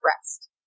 rest